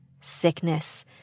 sickness